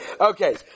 Okay